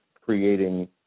creating